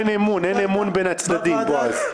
אבל אין אמון בין הצדדים, בועז.